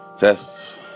Tests